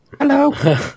Hello